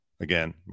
Again